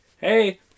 hey